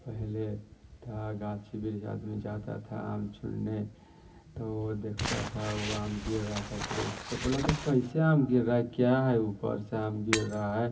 पहले था गाची बिरिहा आदमी जाते थे छुड़ने तो वे देखते थे ओ आम गिर रहे थे ऊपर से तो बोल रहा था कैसे आम गिर रहा है क्या है ऊपर से आम गिर रहा है